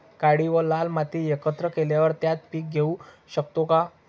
काळी व लाल माती एकत्र केल्यावर त्यात पीक घेऊ शकतो का?